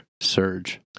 Surge